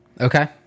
Okay